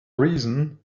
reason